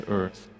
earth